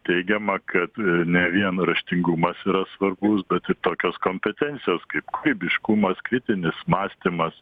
teigiama kad ne vien raštingumas yra svarbus bet ir tokios kompetencijos kaip kūrybiškumas kritinis mąstymas